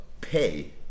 pay